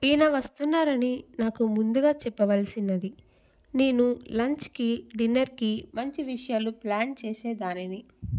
ఈయన వస్తున్నారని నాకు ముందుగా చెప్పవలసినది నేను లంచ్కి డిన్నర్కి మంచి విషయాలు ప్లాన్ చేసేదానిని